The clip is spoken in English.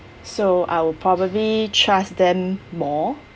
so I will probably trust them more